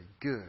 good